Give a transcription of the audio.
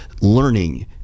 learning